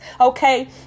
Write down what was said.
okay